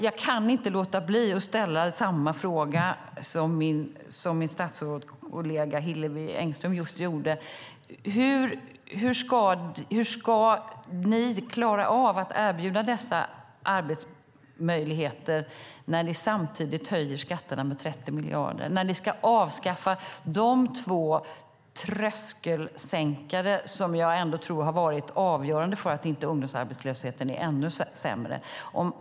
Jag kan inte låta bli att ställa samma fråga som min statsrådskollega Hillevi Engström just ställde: Hur ska ni klara av att erbjuda dessa arbetsmöjligheter när ni samtidigt höjer skatterna med 30 miljarder? Ni ska avskaffa de två tröskelsänkare som jag ändå tror har varit avgörande för att inte ungdomsarbetslösheten blivit ännu högre.